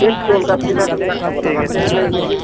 ᱪᱮᱫ ᱠᱚ ᱚᱱᱠᱟ ᱥᱩᱵᱤᱫᱷᱟ ᱫᱚ ᱢᱮᱱᱟᱜ ᱛᱟᱵᱚᱱᱟ ᱢᱟᱥᱮ ᱞᱟᱹᱭ ᱧᱚᱜᱽ ᱵᱤᱱ